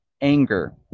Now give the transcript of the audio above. Anger